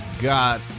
got